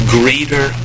greater